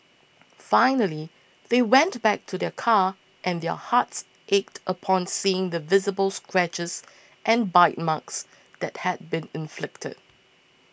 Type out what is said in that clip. finally they went back to their car and their hearts ached upon seeing the visible scratches and bite marks that had been inflicted